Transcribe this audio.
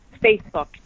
Facebook